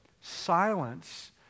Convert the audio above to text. silence